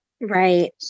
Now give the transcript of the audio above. Right